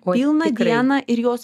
pilną dieną ir jos